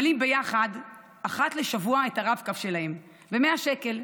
אנחנו ממלאים ביחד אחת לשבוע את הרב-קו שלהם ב-100 שקל.